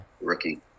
Rookie